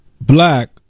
Black